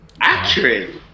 accurate